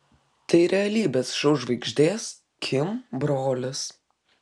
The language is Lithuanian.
tai realybės šou žvaigždės kim brolis